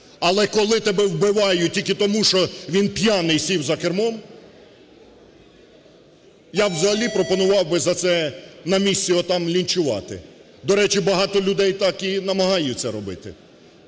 Але коли тебе вбивають тільки тому що він п'яний сів за кермо, я взагалі пропонував би за це на місці отам лінчувати. До речі, багато людей так і намагаються це робити.